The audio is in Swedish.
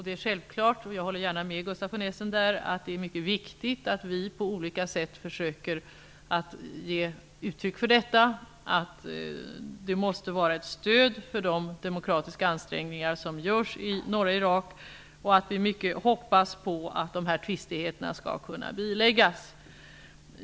Det är självklart viktigt -- jag håller gärna med Gustaf von Essen -- att vi på olika sätt försöker ge uttryck för detta. Det måste vara ett stöd för de demokratiska ansträngningarna i norra Irak. Vi hoppas att tvisterna skall kunna biläggas.